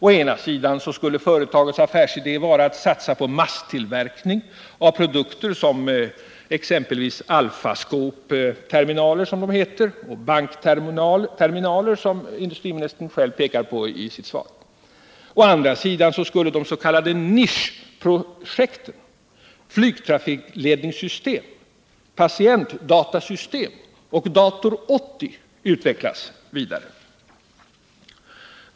Å ena sidan skulle företagets affärsidé vara att satsa på masstillverkning av produkter såsom Alfascop-terminaler, som de heter, och bankterminaler, som industriministern själv pekade på i sitt svar. Å andra sidan skulle de s.k. nisch-projekten flygtrafikledningssystem, patientdatasystem och Dator 80 utvecklas vidare.